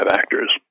actors